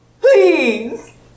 Please